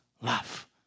love